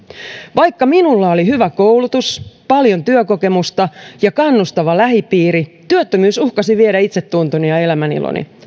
vaikka minulla oli hyvä koulutus paljon työkokemusta ja kannustava lähipiiri työttömyys uhkasi viedä itsetuntoni ja elämäniloni